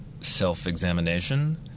self-examination